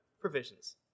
provisions